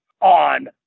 on